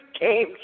games